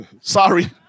Sorry